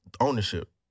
ownership